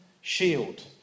shield